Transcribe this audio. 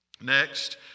next